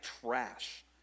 trash